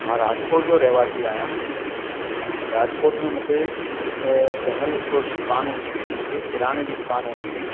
मां राजकोट जो रहवासी आहियां राजकोट में मूंखे जनरल स्टोर जी दुकानु हूंदी हुई हिते किराणे जी दुकानु हूंदी हुई